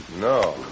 No